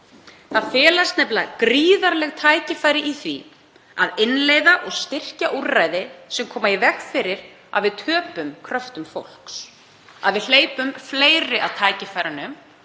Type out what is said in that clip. Það felast nefnilega gríðarleg tækifæri í því að innleiða og styrkja úrræði sem koma í veg fyrir að við töpum kröftum fólks, sem verða til þess að við hleypum fleiri að tækifærunum.